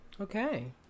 okay